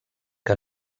que